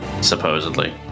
supposedly